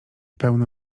pełne